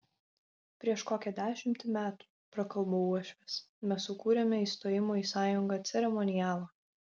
prieš kokią dešimtį metų prakalbo uošvis mes sukūrėme įstojimo į sąjungą ceremonialą